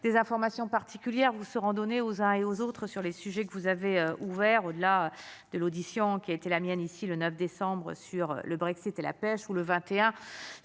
des informations particulières vous seront données aux uns et aux autres sur les sujets que vous avez ouvert au-delà de l'audition, qui a été la mienne ici le 9 décembre sur le Brexit et la pêche ou le 21